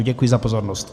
Děkuji za pozornost.